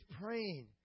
praying